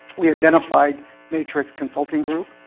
we identified matrix consulting group.